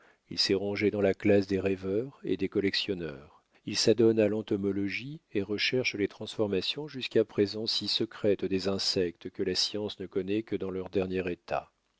il s'est rangé dans la classe des rêveurs et des collectionneurs il s'adonne à l'entomologie et recherche les transformations jusqu'à présent si secrètes des insectes que la science ne connaît que dans leur dernier état